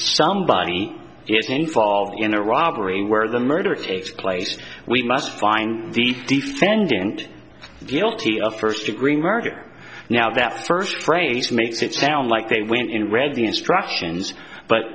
somebody is in fall in a robbery where the murder takes place we must find the defendant guilty of first degree murder now that's the first phrase makes it sound like they went in read the instructions but